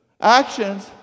actions